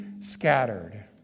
scattered